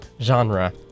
genre